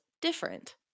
different